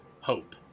hope